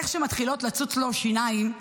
איך שמתחילות לצוץ לו שיניים,